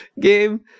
game